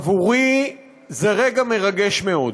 עבורי זה רגע מרגש מאוד.